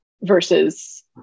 versus